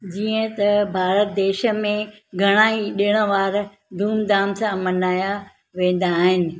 जीअं त भारत देश में घणा ई ॾिणवार धूमधाम सां मल्हायां वेंदा आहिनि